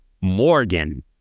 Morgan